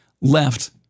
left